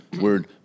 Word